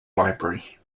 library